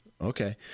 Okay